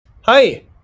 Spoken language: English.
Hi